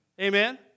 Amen